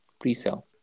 Pre-sale